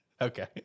okay